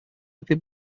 этой